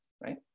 right